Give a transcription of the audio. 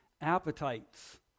appetites